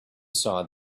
saw